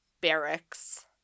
barracks